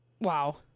Wow